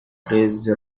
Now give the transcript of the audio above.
treize